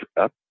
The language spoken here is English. up